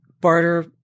barter